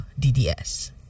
DDS